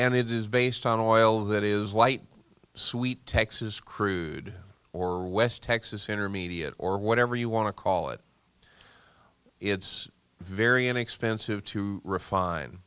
and it is based on oil that is light sweet texas crude or west texas intermediate or whatever you want to call it it's very inexpensive to refine